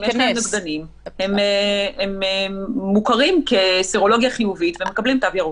-- אם יש להם נוגדנים הם מוכרים כסרולוגיה חיובית ומקבלים תו ירוק.